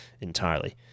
entirely